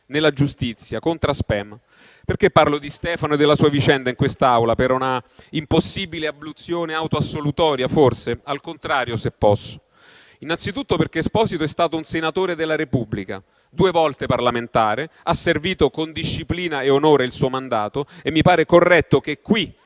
nella giustizia, *contra spem*. Perché parlo di Stefano e della sua vicenda in quest'Aula? Per una impossibile abluzione autoassolutoria forse? Al contrario, se posso. Ne parlo innanzitutto perché Esposito è stato un senatore della Repubblica, due volte parlamentare, che ha servito con disciplina e onore il suo mandato e mi pare corretto che qui,